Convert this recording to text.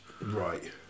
Right